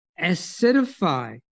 acidify